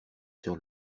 sur